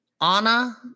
Anna